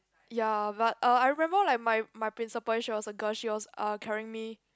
ya but uh I remember like my my principal she was a girl she was uh carrying me